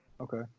Okay